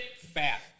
fat